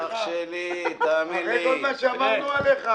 אח שלי, תאמין לי --- אחרי כל מה שאמרנו עלייך.